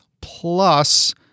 plus